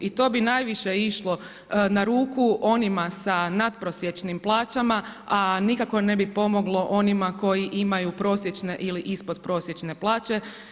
I to bi najviše išlo na ruku onima sa natprosječnim plaćama, a nikako ne bi pomoglo onima koji imaju prosječne ili ispodprosječne plaće.